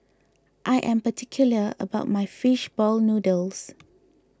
I am particular about my Fish Ball Noodles